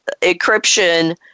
encryption